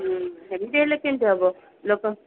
ହୁଁ ସେମତି ହେଲେ କେମତି ହେବ ଲୋକ